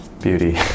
beauty